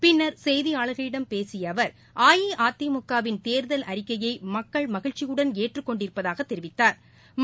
பின்ளா் செய்தியாளா்களிடம் பேசியஅவா் அஇஅதிமுக விள் தேர்தல் அறிக்கையமக்கள் மகிழ்ச்சியுடன் ஏற்றுக்கொண்டிருப்பதாகதெரிவித்தாா்